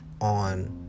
on